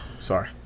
sorry